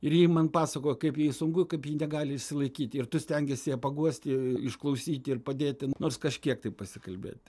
ir ji man pasakojo kaip jai sunku kaip ji negali išsilaikyti ir tu stengiesi ją paguosti išklausyti ir padėti nors kažkiek tai pasikalbėti